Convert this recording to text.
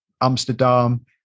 Amsterdam